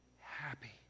happy